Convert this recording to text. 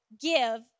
give